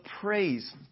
praise